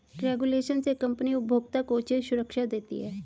regulation से company उपभोक्ता को उचित सुरक्षा देती है